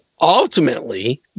ultimately